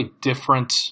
different